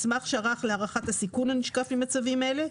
מסמך שערך להערכת הסיכון הנשקף ממצבים אלה,